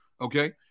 okay